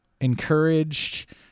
encouraged—